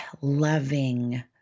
loving